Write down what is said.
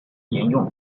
沿用